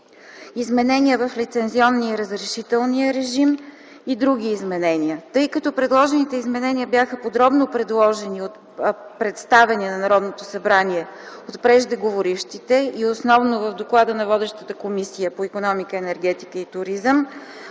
изменения в лицензионния и разрешителния режим; 3. други изменения. Тъй като предложените изменения бяха подробно представени на Народното събрание от преждеговорившите и основно в доклада на водещата Комисия по икономика, енергетика и туризъм,